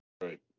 right